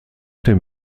dem